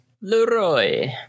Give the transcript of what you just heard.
Leroy